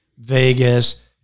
Vegas